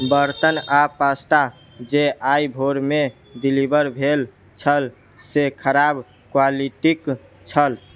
बर्तन आ पास्ता जे आइ भोरमे डिलीवर भेल छल से खराब क्वालिटीक छल